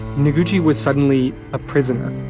noguchi was suddenly a prisoner,